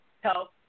help